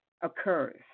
occurs